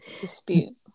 Dispute